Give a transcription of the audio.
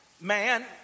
man